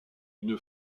une